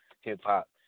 hip-hop